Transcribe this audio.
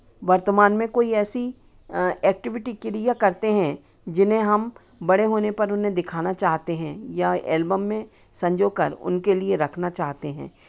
वर्तमान में कोई ऐसी ऐक्टिविटी क्रिया करते हैं जिन्हें हम बड़े होने पर उन्हें दिखाना चाहते हैं या एल्बम में संजोकर उनके लिए रखना चाहते हैं